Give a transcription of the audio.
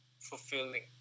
fulfilling